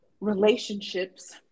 relationships